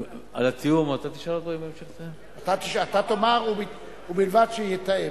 אתה תאמר: ובלבד שיתאם.